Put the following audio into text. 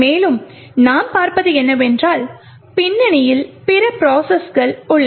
மேலும் நாம் பார்ப்பது என்னவென்றால் பின்னணியில் பிற ப்ரோசஸ்கள் உள்ளன